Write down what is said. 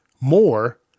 more